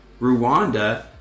Rwanda